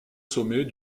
sommet